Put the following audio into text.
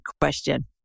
question